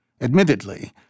Admittedly